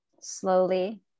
slowly